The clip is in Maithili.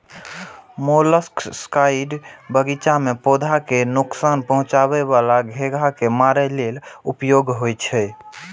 मोलस्कसाइड्स बगीचा मे पौधा कें नोकसान पहुंचाबै बला घोंघा कें मारै लेल उपयोग होइ छै